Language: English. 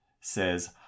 says